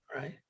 right